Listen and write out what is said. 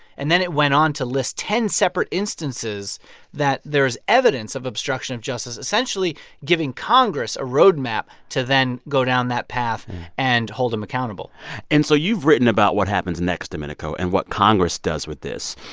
and then it went on to list ten separate instances that there is evidence of obstruction of justice, essentially giving congress a road map to then go down that path and hold him accountable and so you've written about what happens next, domenico, and what congress does with this.